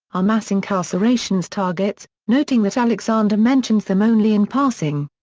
are mass incarceration's targets, noting that alexander mentions them only in passing.